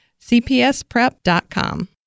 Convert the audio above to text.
cpsprep.com